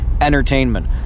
entertainment